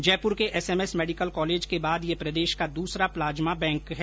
जयपुर के SMS medical college के बाद यह प्रदेश का दूसरा प्लाज्मा बैंक है